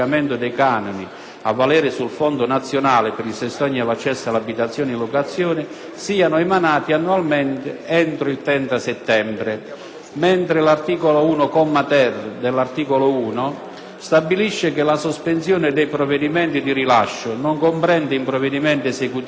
a valere sul Fondo nazionale per il sostegno all'accesso alle abitazioni in locazione, siano emanati annualmente entro il 30 settembre. Il comma 1-*ter* dell'articolo 1 stabilisce che la sospensione dei provvedimenti di rilascio non comprende i provvedimenti esecutivi disposti